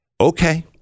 Okay